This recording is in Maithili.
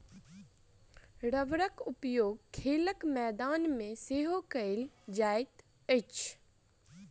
रबड़क उपयोग खेलक मैदान मे सेहो कयल जाइत अछि